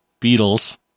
Beatles